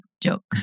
joke